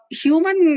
human